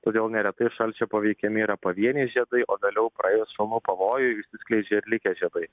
todėl neretai šalčio paveikiami yra pavieniai žiedai o vėliau praėjus šalnų pavojui išsiskleidžia ir likę žiedai